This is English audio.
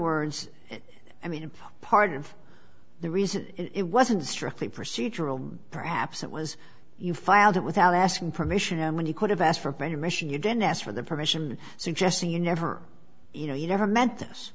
that i mean part of the reason it wasn't strictly procedural perhaps it was you filed it without asking permission and when you could have asked for permission you didn't ask for the permission suggesting you never you know you never meant this